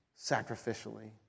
sacrificially